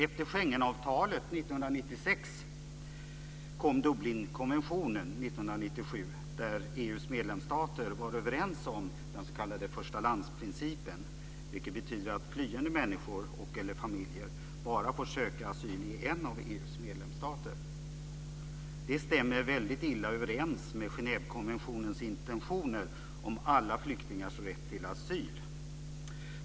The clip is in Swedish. Efter Schengenavtalet 1996 kom Dublinkonventionen 1997, där EU:s medlemsstater var överens om den s.k. förstalandsprincipen, vilken betyder att flyende människor eller familjer bara får söka asyl i en av EU:s medlemsstater. Det stämmer väldigt illa överens med Genèvekonventionens intentioner om alla flyktingars rätt till asyl.